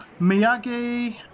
Miyagi